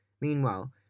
Meanwhile